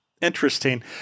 interesting